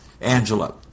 Angela